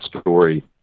story